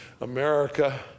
America